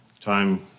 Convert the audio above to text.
time